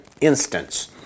instance